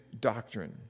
doctrine